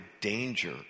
danger